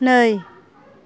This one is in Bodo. नै